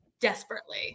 desperately